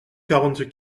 quarante